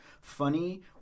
funny